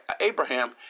Abraham